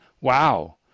wow